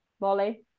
Molly